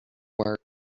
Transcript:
work